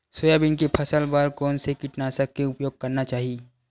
Soybean के फसल बर कोन से कीटनाशक के उपयोग करना चाहि?